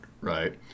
right